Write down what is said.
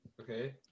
okay